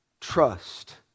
trust